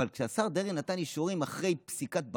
אבל כשהשר דרעי נתן אישורים אחרי פסיקת בג"ץ,